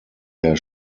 der